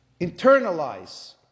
internalize